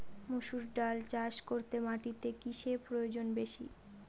মুসুর ডাল চাষ করতে মাটিতে কিসে প্রয়োজন বেশী?